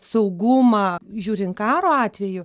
saugumą žiūrint karo atveju